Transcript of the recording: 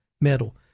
metal